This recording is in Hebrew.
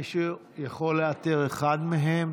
מישהו יכול לאתר אחד מהם?